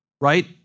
Right